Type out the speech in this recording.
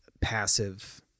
passive